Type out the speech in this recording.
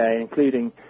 including